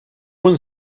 one